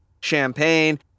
champagne